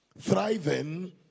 Thriving